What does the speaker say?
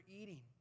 eating